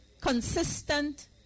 consistent